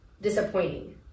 disappointing